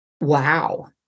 wow